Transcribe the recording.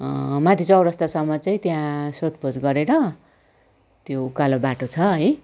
माथि चौरस्तासम्म चाहिँ त्यहाँ सोधखोज गरेर त्यो उकालो बाटो छ है